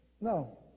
No